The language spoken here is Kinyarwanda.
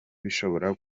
bishobora